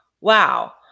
Wow